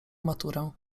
maturę